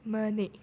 ಮನೆ